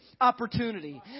opportunity